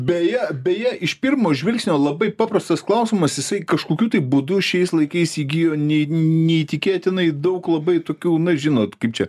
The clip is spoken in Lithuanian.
beje beje iš pirmo žvilgsnio labai paprastas klausimas jisai kažkokiu tai būdu šiais laikais įgijo neį n neįtikėtinai daug labai tokių na žinot kaip čia